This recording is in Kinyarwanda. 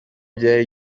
byari